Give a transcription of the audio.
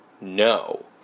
no